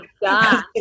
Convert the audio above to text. God